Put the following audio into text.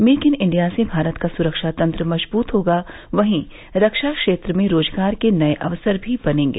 make in India से भारत का सुरक्षा तंत्र मजबूत होगा वहीं रक्षा क्षेत्र में रोजगार के नये अवसर भी बनेंगे